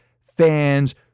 fans